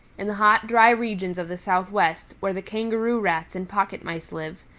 in the hot, dry regions of the southwest, where the kangaroo rats and pocket mice live,